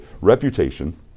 reputation